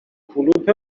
کلوپ